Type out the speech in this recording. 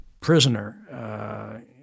prisoner